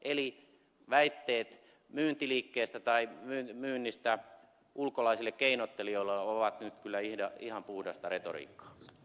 eli väitteet myyntiliikkeestä tai myynnistä ulkolaisille keinottelijoille ovat nyt kyllä ihan puhdasta retoriikkaa